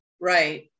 Right